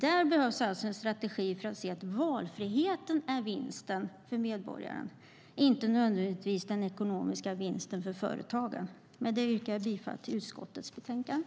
Det behövs alltså en strategi för att se att valfriheten är vinsten för medborgaren, inte nödvändigtvis den ekonomiska vinsten för företagen. Med detta yrkar jag bifall till utskottets förslag i betänkandet.